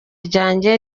ryanjye